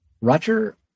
Roger